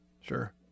Sure